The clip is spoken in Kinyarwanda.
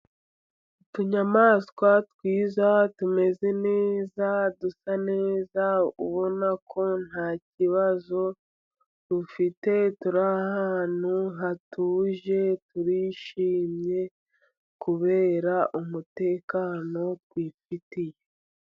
Utunyamaswa twiza tumeze neza, dusa neza ubona ko ntakibazo dufite, turi ahantu hatuje turishimye, kubera umutekano twifitiye.